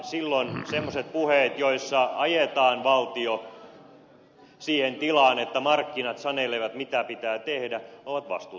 silloin semmoiset puheet joissa ajetaan valtio siihen tilaan että markkinat sanelevat mitä pitää tehdä ovat tietenkin vastuuttomia